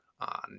on